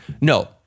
No